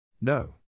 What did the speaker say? No